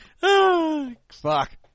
Fuck